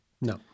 No